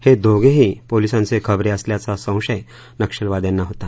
हे दोघेही पोलिसांचे खबरे असल्याचा संशय नक्षलवाद्यांना होता